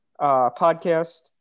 podcast